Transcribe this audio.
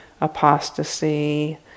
apostasy